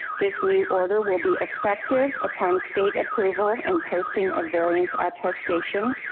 this new order will be effective upon state approval and posting a variance attestation.